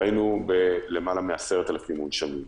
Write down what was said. והיינו עם למעלה מ-10,000 מונשמים.